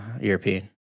European